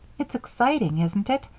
it's exciting, isn't it,